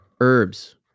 herbs